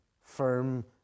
firm